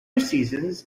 seasons